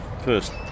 first